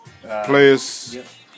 players